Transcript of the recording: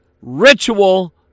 ritual